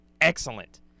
Excellent